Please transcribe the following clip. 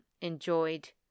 enjoyed